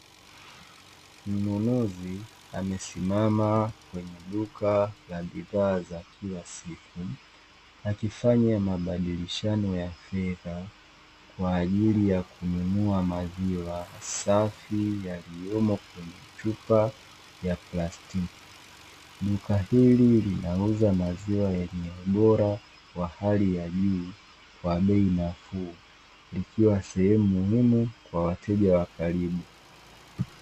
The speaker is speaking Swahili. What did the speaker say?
Mnunuzi amesimama kwenye duka la bidhaa za kila siku akifanya mabadilishano ya fedha kwa ajili ya kununua maziwa safi yaliyomo kwenye chupa cha plastiki. Duka hili linauza maziwa yenye ubora wa hali ya juu kwa bei nafuu, ikiwa sehemu muhimu kwa wateja wa karibu.